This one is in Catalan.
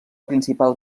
principal